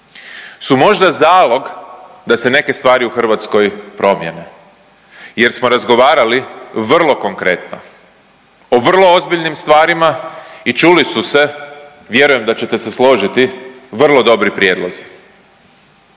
su možda zalog da se neke stvari u Hrvatskoj promijene jer smo razgovarali vrlo konkretno, o vrlo ozbiljnim stvarima i čuli su se vjerujem da ćete se složiti vrlo dobri prijedlozi.